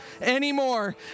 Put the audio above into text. anymore